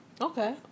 Okay